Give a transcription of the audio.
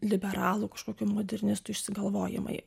liberalų kažkokių modernistų išsigalvojimai